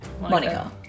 Monica